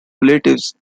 relatives